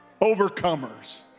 Overcomers